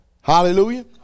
Hallelujah